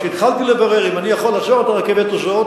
כשהתחלתי לברר אם אני יכול לעצור את הרכבת הזאת